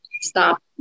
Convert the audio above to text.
stop